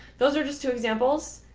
those are just two examples.